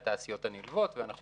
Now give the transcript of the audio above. התעשיות הנלוות, ואנחנו